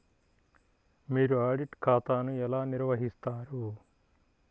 మీరు ఆడిట్ ఖాతాను ఎలా నిర్వహిస్తారు?